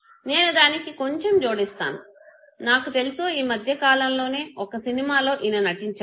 నేను దానికి కొంచం జోడిస్తాను నాకు తెలుసు ఈ మధ్యకాలంలోనే ఒక సినిమాలో ఈయన నటించారు